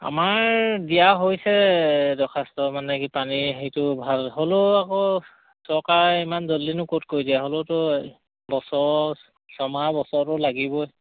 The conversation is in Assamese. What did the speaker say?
আমাৰ দিয়া হৈছে দৰ্খাস্ত মানে কি পানী সেইটো ভাল হ'লেও আকৌ চৰকাৰে ইমান জলদি নো ক'ত কৰি দিয়া হ'লেওতো বছৰ ছয়মাহ বছৰতো লাগিবই